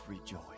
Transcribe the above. rejoice